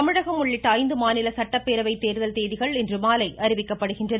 தமிழகம் உள்ளிட்ட ஐந்து மாநில சட்டப்பேரவை தேர்தல் தேதிகள் இன்றுமாலை அறிவிக்கப்படுகின்றன